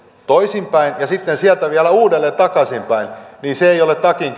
toisinpäin ja sitten sieltä vielä uudelleen takaisinpäin niin se ei ole takin